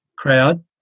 crowd